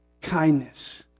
kindness